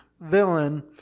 villain